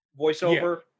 voiceover